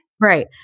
Right